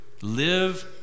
live